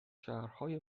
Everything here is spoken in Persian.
شهرهای